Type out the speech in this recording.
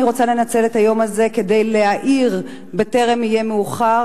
אני רוצה לנצל את היום הזה כדי להעיר בטרם יהיה מאוחר,